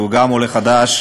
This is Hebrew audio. שהוא גם עולה חדש,